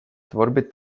tvorby